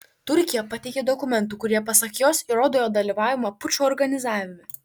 turkija pateikė dokumentų kurie pasak jos įrodo jo dalyvavimą pučo organizavime